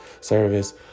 service